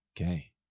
Okay